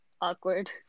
awkward